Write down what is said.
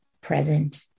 Present